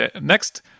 next